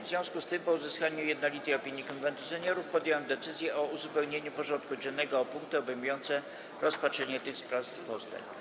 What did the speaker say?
W związku z tym, po uzyskaniu jednolitej opinii Konwentu Seniorów, podjąłem decyzję o uzupełnieniu porządku dziennego o punkty obejmujące rozpatrzenie tych sprawozdań.